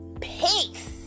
Peace